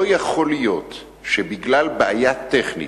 לא יכול להיות שבגלל בעיה טכנית,